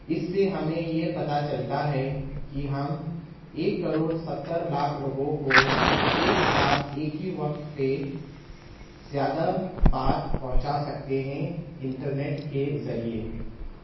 اس سے ہمیں یہ پتا چلتا ہے کہ ہم ایک کروڑ ستر لاکھ لوگوں کو ایک ساتھ ایک ہی وقت پہ زیادہ بات پہنچا سکتے ہیں انٹرنیٹ کے ذریعے